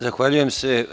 Zahvaljujem se.